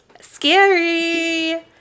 Scary